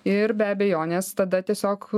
ir be abejonės tada tiesiog